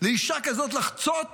לאישה כזאת לחצות